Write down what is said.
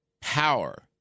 Power